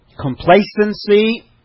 Complacency